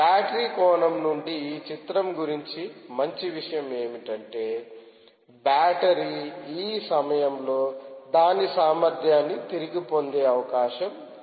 battery కోణం నుండి ఈ చిత్రం గురించి మంచి విషయం ఏమిటంటే బ్యాటరీ ఈ సమయంలో దాని సామర్థ్యాన్ని తిరిగి పొందే అవకాశం ఉంది